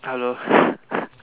hello